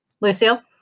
Lucille